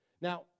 Now